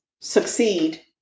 succeed